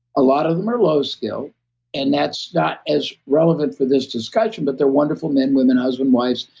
a lot of them are low-skilled and that's not as relevant for this discussion, but they're wonderful men, women, husband, wives,